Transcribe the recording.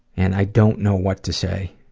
and i don't know what to say,